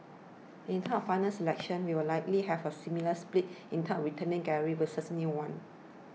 in terms final selection you will likely have a similar split in terms of returning galleries versus new ones